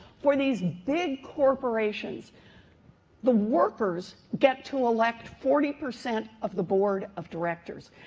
for these big corporations the workers get to elect forty percent of the board of directors.